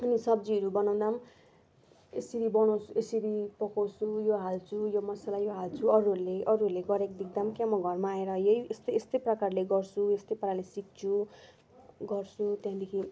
अनि सब्जीहरू बनाउँदा यसरी बनाउँछु यसरी पकाउँछु यो हाल्छु यो मसला यो हाल्छु अरूहरूले अरूले गरेको देख्दा के म घरमा आएर यही यस्तै यस्तै प्रकारले गर्छु यस्तै पाराले सिक्छु गर्छु त्यहाँदेखि